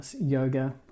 yoga